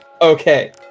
Okay